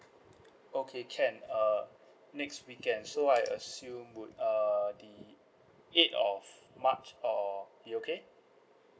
okay can uh next weekend so I assume would uh the eight of march or you okay